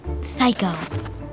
psycho